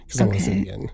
Okay